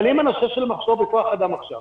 אבל אם הנושא של מחסור בכוח אדם עכשיו,